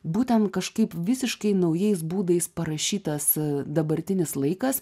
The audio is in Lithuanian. būtent kažkaip visiškai naujais būdais parašytas e dabartinis laikas